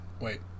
Wait